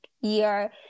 year